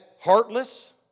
heartless